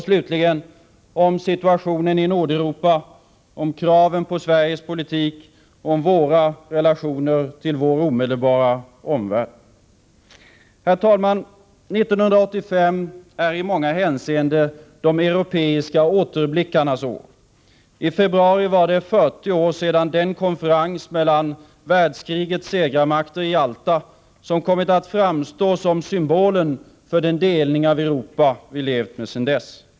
Slutligen gäller det situationen i Nordeuropa, kraven på Sveriges politik och våra relationer till vår omedelbara omvärld. Herr talman! 1985 är i många hänseenden de europeiska återblickarnas år. I februari var det 40 år sedan den konferens i Jalta mellan världskrigets segrarmakter hölls vilken kommit att framstå som symbolen för den delning av Europa som vi har levt med sedan dess.